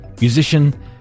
musician